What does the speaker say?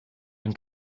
ein